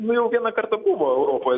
nu jau vieną kartą buvo europoje